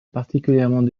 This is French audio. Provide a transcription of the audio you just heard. particulièrement